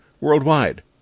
Worldwide